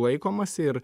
laikomasi ir